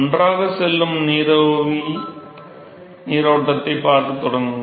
ஒன்றாகச் செல்லும் நீராவி நீரோட்டத்தைப் பார்க்கத் தொடங்குங்கள்